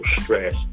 stress